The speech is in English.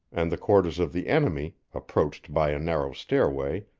and the quarters of the enemy, approached by a narrow stairway,